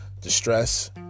distress